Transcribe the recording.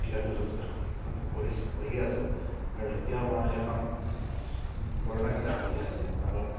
কিতাপ যথেষ্টখন পঢ়িছোঁ পঢ়ি আছোঁ আৰু এতিয়া মই এখন পুৰণা কিতাপ পঢ়ি আছোঁ আকৌ